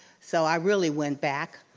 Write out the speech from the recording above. so i really went back